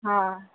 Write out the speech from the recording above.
हां